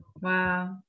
Wow